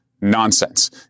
nonsense